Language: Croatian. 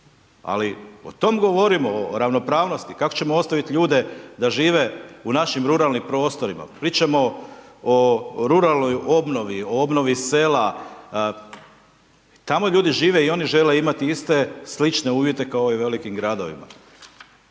ali o tome govorimo o ravnopravnosti, kako ćemo ostaviti ljude da žive u našim ruralnim prostorima, pričamo o ruralnoj obnovi, obnovi sela, tamo ljudi žive i oni žele imati iste, slične uvijete kao i u velikim gradovima.